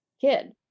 kid